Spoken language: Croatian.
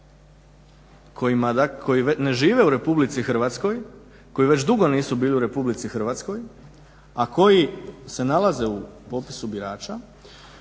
koji ne žive u Republici Hrvatskoj, koji već dugo nisu bili u Republici Hrvatskoj, a koji se nalaze u popisu birača